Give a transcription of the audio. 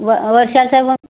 व वर्षाचे मग